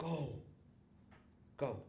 go go